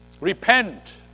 Repent